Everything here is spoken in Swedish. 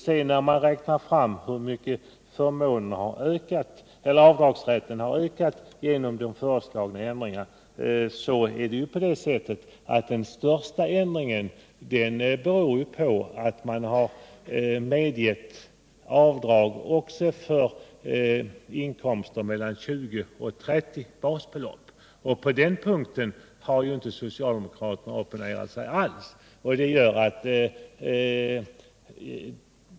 I fråga om avdragsrätten och möjligheten till ökade avdrag genom den föreslagna ändringen vill jag framhålla att den största ändringen beror på att man medger avdrag också för inkomster mellan 20 och 30 basbelopp. På den punkten har inte socialdemokraterna opponerat sig alls.